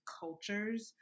cultures